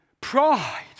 Pride